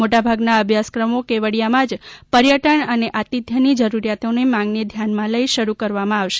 મોટાભાગના અભ્યાસક્રમો કેવડીયામાં જ પર્યટન અને આતિથ્યની જરૂરીયાતોની માંગને ધ્યાનમાં લઇ શરૂ કરવામાં આવશે